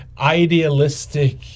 Idealistic